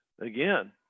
Again